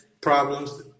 problems